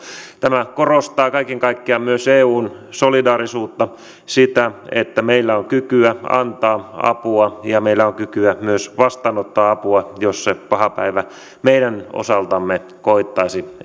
tämä korostaa kaiken kaikkiaan myös eun solidaarisuutta sitä että meillä on kykyä antaa apua ja meillä on kykyä myös vastaanottaa apua jos se paha päivä meidän osaltamme koittaisi